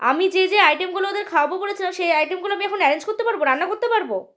আমি যেই যেই আইটেমগুলো ওদের খাওয়াবো বলেছিলাম সেই আইটেমগুলো আমি এখন অ্যারেঞ্জ করতে পারব রান্না করতে পারব